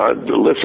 listen